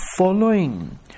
following